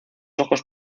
ojos